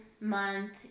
month